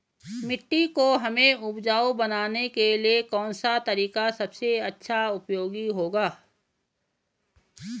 मिट्टी को हमें उपजाऊ बनाने के लिए कौन सा तरीका सबसे अच्छा उपयोगी होगा?